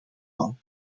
val